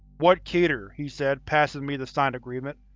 what keter? he said, passing me the signed agreement.